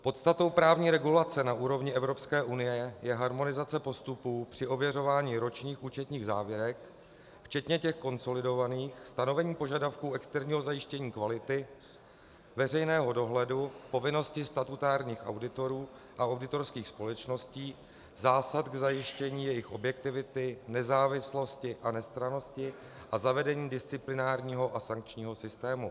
Podstatou právní regulace na úrovni Evropské unie je harmonizace postupů při ověřování ročních účetních závěrek včetně těch konsolidovaných, stanovení požadavku externího zajištění kvality, veřejného dohledu, povinnosti statutárních auditorů a auditorských společností, zásad k zajištění jejich objektivity, nezávislosti a nestrannosti a zavedení disciplinárního a sankčního systému.